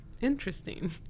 Interesting